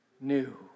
new